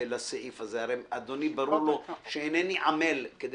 הרי לאדוני ברור שאינני עמל כדי